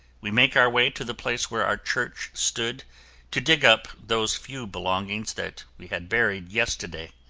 we make our way to the place where our church stood to dig up those few belongings that we had buried yesterday.